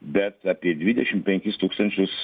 bet apie dvidešimt penkis tūkstančius